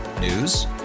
News